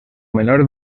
menor